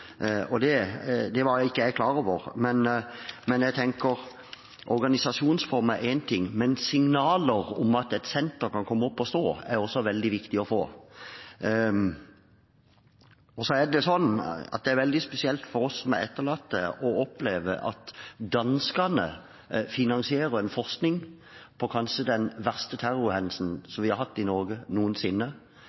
og det var jeg ikke klar over. Men jeg tenker: Organisasjonsform er én ting, men signaler om at et senter kan komme opp å stå, er også veldig viktig å få. Det er også veldig spesielt for oss som er etterlatte, å oppleve at danskene finansierer en forskning på kanskje den verste terrorhendelsen vi har hatt i Norge noensinne